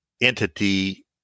entity